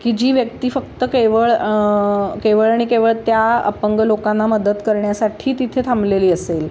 की जी व्यक्ती फक्त केवळ केवळ आणि केवळ त्या अपंग लोकांना मदत करण्यासाठी तिथे थांबलेली असेल